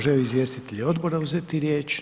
Žele li izvjestitelji odbora uzeti riječ?